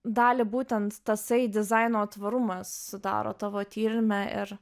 dalį būtent tasai dizaino tvarumas sudaro tavo tyrime ir